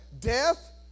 Death